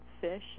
fish